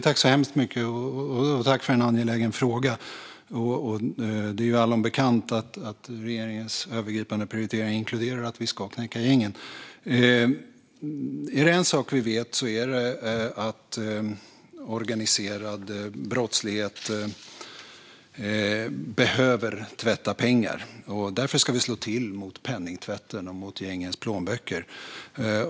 Fru talman! Tack för en angelägen fråga, Eva Lindh! Det är allom bekant att regeringens övergripande prioritering inkluderar att vi ska knäcka gängen. Är det en sak vi vet är det att organiserad brottslighet behöver tvätta pengar, och därför ska vi slå till mot penningtvätten och mot gängens plånböcker.